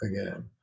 again